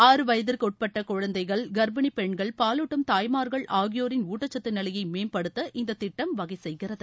ஆறு வயதிற்கு உட்பட்ட குழந்தைகள் வளர் இளம் சிறுமிகள் கர்ப்பிணி பெண்கள் பாலூட்டும் தாய்மார்கள் ஆகியோரின் ஊட்டச்சத்து நிலையை மேம்படுத்த இந்த திட்டம் வகை செய்கிறது